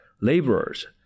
laborers